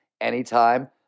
anytime